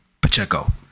Pacheco